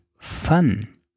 fun